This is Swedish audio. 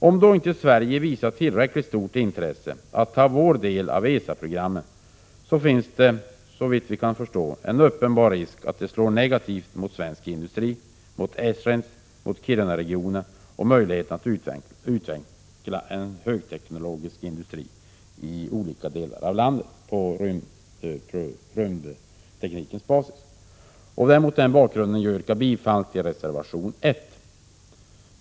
Om inte Sverige visar tillräckligt stort intresse att ta vår del av ESA programmen, finns det såvitt jag kan förstå en uppenbar risk att det slår negativt mot svensk industri, mot Esrange och Kirunaregionen och möjligheterna att utveckla en högteknologisk industri i olika delar av landet på rymdteknikens basis. Därför yrkar jag bifall till reservation nr 1.